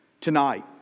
Tonight